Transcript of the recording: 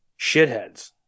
shitheads